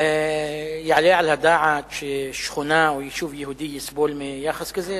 יעלה על הדעת ששכונה או יישוב יהודי יסבלו מיחס כזה?